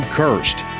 cursed